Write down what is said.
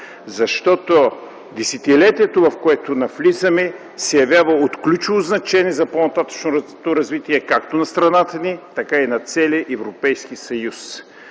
Защото десетилетието, в което навлизаме, се явява от ключово значение за по-нататъшното развитие както на страната ни, така и на целия Европейския съюз.